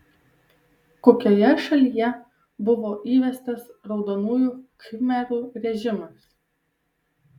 kokioje šalyje buvo įvestas raudonųjų khmerų režimas